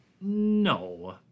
No